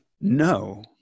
No